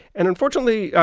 and unfortunately,